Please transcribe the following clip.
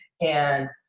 and